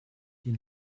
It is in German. die